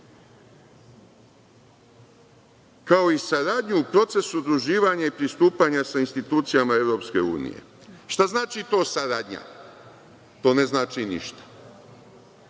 ode! Kao i saradnju u procesu pridruživanja i pristupanja sa institucijama EU. Šta znači to saradnja? To ne znači ništa.